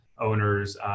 owners